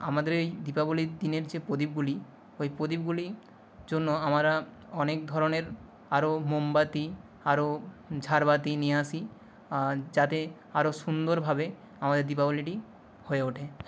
আমাদের এই দীপাবলির দিনের যে প্রদীপগুলি ওই প্রদীপগুলির জন্য আমারা অনেক ধরনের আরও মোমবাতি আরও ঝাড়বাতি নিয়ে আসি যাতে আরও সুন্দরভাবে আমাদের দীপাবলিটি হয়ে ওঠে